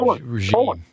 regime